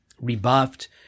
rebuffed